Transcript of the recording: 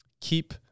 keep